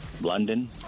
London